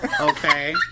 okay